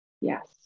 Yes